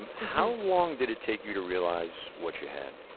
um how long did it take you to realize what you had?